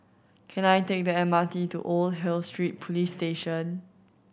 can I take the M R T to Old Hill Street Police Station